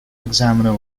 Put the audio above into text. examiner